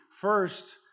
first